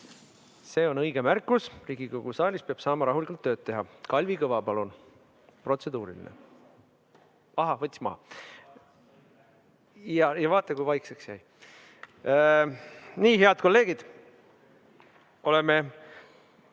See on õige märkus. Riigikogu saalis peab saama rahulikult tööd teha. Kalvi Kõva, palun, protseduuriline küsimus! Ahaa, võttis maha. Ja vaata, kui vaikseks jäi. Nii, head kolleegid, oleme